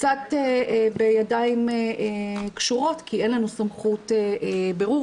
קצת בידיים קשורות כי אין לנו סמכות בירור,